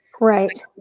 right